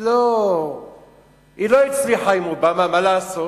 היא לא הצליחה עם אובמה, מה לעשות.